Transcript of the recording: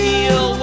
Feel